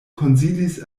konsilis